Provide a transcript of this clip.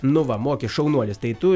nu va moki šaunuolis tai tu